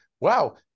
wow